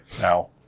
now